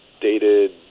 dated